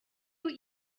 what